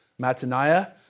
Mataniah